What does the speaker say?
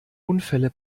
unfälle